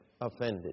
offended